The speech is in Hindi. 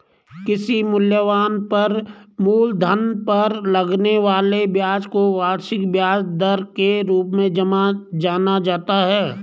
किसी मूलधन पर लगने वाले ब्याज को वार्षिक ब्याज दर के रूप में जाना जाता है